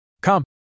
Come